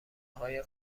های